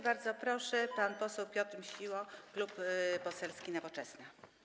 Bardzo proszę, pan poseł Piotr Misiło, Klub Poselski Nowoczesna.